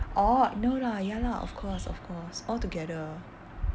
orh no lah ya lah of course of course altogether